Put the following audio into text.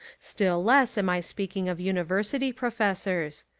still less, am i speaking of univer sity professors.